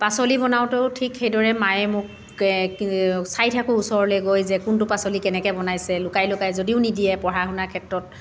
পাচলি বনাওঁতেও ঠিক সেইদৰে মায়েই মোক চাই থাকোঁ ওচৰলৈ গৈ যে কোনটো পাচলি কেনেকৈ বনাইছে লুকাই লুকাই যদিও নিদিয়ে পঢ়া শুনা ক্ষেত্ৰত